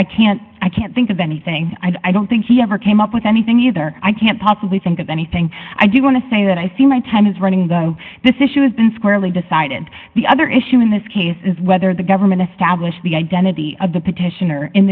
i can't i can't think of anything i don't think he ever came up with anything either i can't possibly think of anything i do want to say that i feel my time is running though this issue has been squarely decided the other issue in this case is whether the government established the identity of the petitioner in